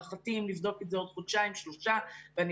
להערכתי אם נבדוק את זה בעוד חודשיים-שלושה ודרך אגב,